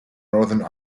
northern